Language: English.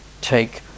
take